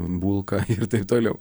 bulka ir taip toliau